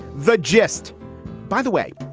the gist by the way,